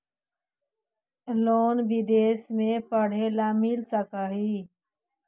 Loan विदेश में पढ़ेला मिल सक हइ?